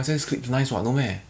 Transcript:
okay whatever you say